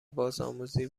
بازآموزی